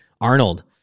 Arnold